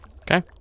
Okay